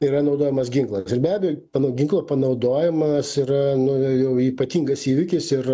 yra naudojamas ginklas ir be abejo ginklo panaudojimas yra nu jau ypatingas įvykis ir